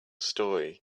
story